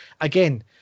Again